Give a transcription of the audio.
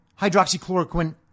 Hydroxychloroquine